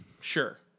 sure